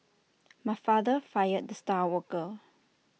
my father fired the star worker